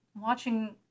Watching